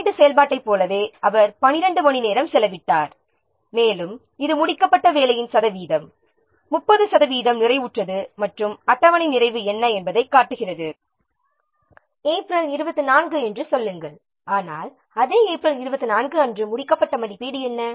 குறியீட்டு செயல்பாட்டைப் போலவே அவர் 12 மணிநேரம் செலவிட்டார் மேலும் இது முடிக்கப்பட்ட வேலையின் சதவீதம் 30 சதவிகிதம் நிறைவுற்றது மற்றும் அட்டவணை நிறைவு என்ன என்பதைக் காட்டுகிறது ஏப்ரல் 24 என்று சொல்லுங்கள் ஆனால் அதே ஏப்ரல் 24 அன்று முடிக்கப்பட்ட மதிப்பீடு என்ன